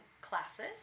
classes